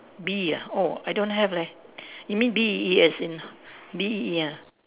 bee ah oh I don't have leh you mean B E E as in B E E ah